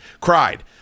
Cried